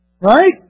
Right